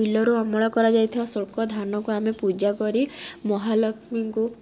ବିଲରୁ ଅମଳ କରାଯାଇଥିବା ସବୁକ ଧାନକୁ ଆମେ ପୂଜା କରି ମହାଲକ୍ଷ୍ମୀଙ୍କୁ